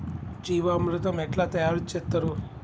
జీవామృతం ఎట్లా తయారు చేత్తరు?